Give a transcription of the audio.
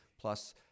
plus